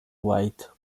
white